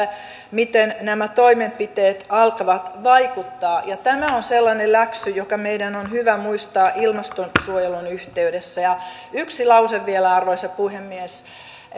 miten nämä toimenpiteet alkavat vaikuttaa tämä on sellainen läksy joka meidän on hyvä muistaa ilmastonsuojelun yhteydessä yksi lause vielä arvoisa puhemies